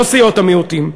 לא סיעות המיעוטים,